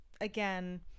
again